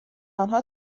آنها